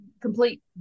complete